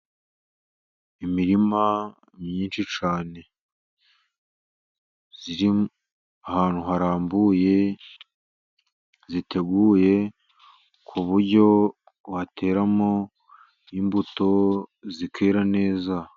Imirima myinshi cyane, iri ahantu harambuye, iteguye ku buryo wateramo imbuto zikera neza.